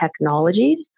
technologies